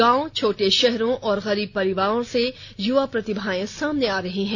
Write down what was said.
गांवों छोटे शहरों और गरीब परिवारों से युवा प्रतिभाएं सामने आ रही हैं